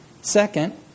Second